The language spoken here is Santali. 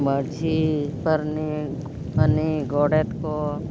ᱢᱟᱺᱡᱷᱤ ᱯᱟᱨᱟᱱᱤᱠ ᱩᱱᱤ ᱜᱚᱲᱮᱛ ᱠᱚ